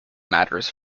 matters